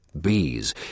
Bees